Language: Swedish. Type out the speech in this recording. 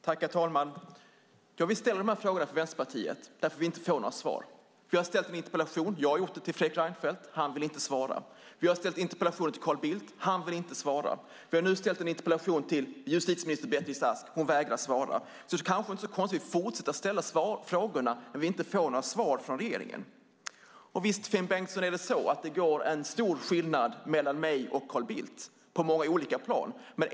Herr talman! Vi i Vänsterpartiet ställer dessa frågor eftersom vi inte får några svar. Jag har ställt en interpellation till Fredrik Reinfeldt; han vill inte svara. Vi har ställt interpellationer till Carl Bildt; han vill inte svara. Vi har nu ställt en interpellation till justitieminister Beatrice Ask; hon vägrar svara. Det är kanske inte så konstigt att vi fortsätter ställa frågor när vi inte får några svar från regeringen. Visst är det stor skillnad, Finn Bengtsson, mellan mig och Carl Bildt på många olika plan.